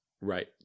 Right